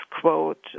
quote